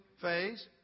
phase